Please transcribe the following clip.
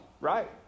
right